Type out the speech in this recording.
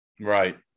Right